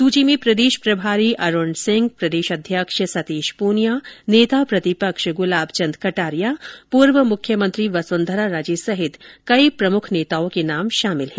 सूची में प्रदेश प्रभारी अरूण सिंह प्रदेश अध्यक्ष सतीश पूनिया नेता प्रतिपक्ष गुलाब चंद कटारिया पूर्व मुख्यमंत्री वसुंधरा राजे सहित कई प्रमुख नेताओं के नाम शामिल है